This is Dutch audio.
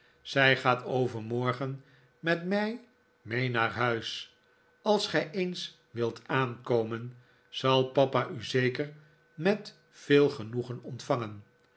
zij gaat een zeer belangrijk bezoek overmorgen met mij mee naar huis als gij eens wilt aankomen zal papa u zeker met veel genoegen ontvangen